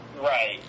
Right